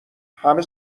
همه